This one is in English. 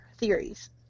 theories